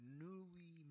newly